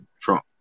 Trump